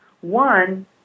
One